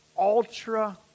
Ultra